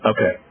Okay